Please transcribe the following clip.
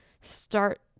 start